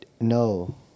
no